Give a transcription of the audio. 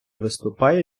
виступає